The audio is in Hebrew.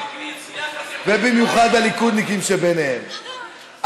ובמיוחד הליכודניקים שביניהם,